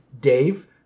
Dave